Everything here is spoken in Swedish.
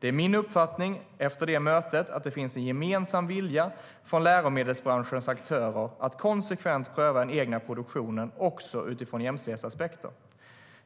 Det är min uppfattning efter det mötet att det finns en gemensam vilja hos läromedelsbranschens aktörer att konsekvent pröva den egna produktionen också utifrån jämställdhetsaspekter.